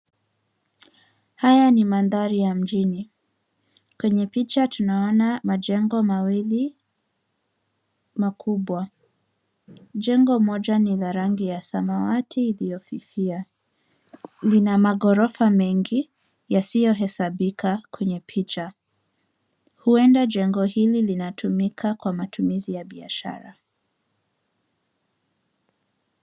Haya ni mandari ya mjini. Kwenye picha tunaona majengo mawili makubwa. Jengo moja ni ya rangi ya samawati .Lina maghorofa mengi yasiyohesabika kwenye picha. Huenda jengo hili kinatumika kwenye matumizi ya biashara